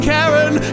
Karen